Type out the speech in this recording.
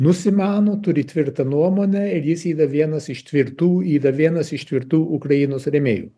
nusimano turi tvirtą nuomonę ir jis yra vienas iš tvirtų yra vienas iš tvirtų ukrainos rėmėjų